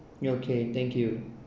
yeah okay thank you